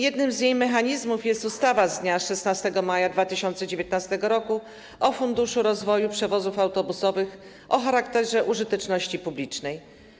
Jednym z jej mechanizmów jest ustawa z dnia 16 maja 2019 r. o Funduszu rozwoju przewozów autobusowych o charakterze użyteczności publicznej.